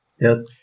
Yes